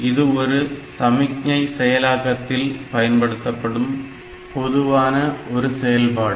இது ஒரு சமிக்ஞை செயலாக்கத்தில் பயன்படுத்தப்படும் பொதுவான ஒரு செயல்பாடு